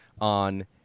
on